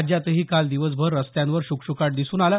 राज्यातही काल दिवसभर रस्त्यांवर श्कश्काट दिसून आला